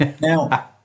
Now